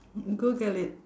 google it